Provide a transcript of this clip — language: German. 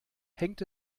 hängt